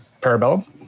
Parabellum